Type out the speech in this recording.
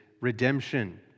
redemption